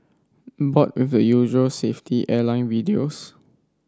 bored with the usual safety airline videos